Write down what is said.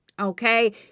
okay